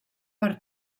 per